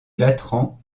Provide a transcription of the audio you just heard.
latran